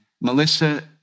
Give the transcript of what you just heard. Melissa